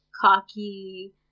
cocky